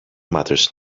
matters